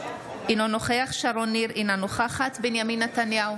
אינו נוכח שרון ניר, אינה נוכחת בנימין נתניהו,